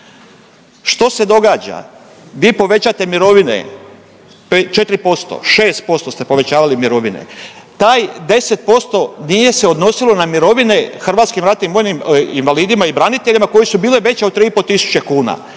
što se događa? Vi povećate mirovine 4%, 6% ste povećavali mirovine. Taj 10% nije se odnosilo na mirovine hrvatskim ratnim vojnim invalidima i braniteljima koje su bile veće od 3 i pol tisuće kuna.